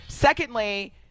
Secondly